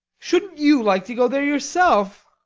shouldn't you like to go there yourself?